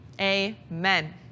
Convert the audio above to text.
Amen